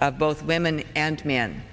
of both women and men